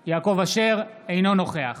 אשר, אינו נוכח